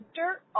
dirt